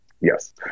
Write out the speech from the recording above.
yes